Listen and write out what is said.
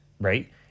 right